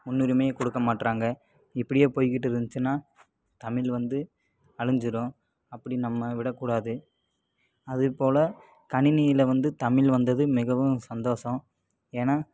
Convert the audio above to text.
முன்னுரிமை கொடுக்க மாட்றாங்க இப்படியே போய்கிட்ருந்துச்சுன்னா தமிழ் வந்து அழிஞ்சிடும் அப்படி நம்ம விடக்கூடாது அதேப்போல் கணினியில் வந்து தமிழ் வந்தது மிகவும் சந்தோஷம் ஏன்னா